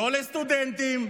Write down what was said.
לא לסטודנטים,